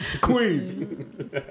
Queens